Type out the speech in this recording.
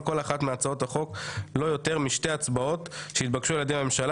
כל אחת מהצעות החוק לא יותר משתי הצבעות שיתבקשו על ידי הממשלה